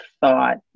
thought